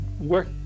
work